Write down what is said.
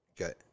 Okay